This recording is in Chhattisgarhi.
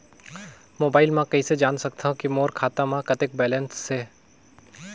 मोबाइल म कइसे जान सकथव कि मोर खाता म कतेक बैलेंस से?